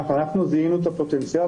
אנחנו זיהינו את הפוטנציאל,